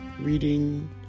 reading